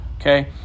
okay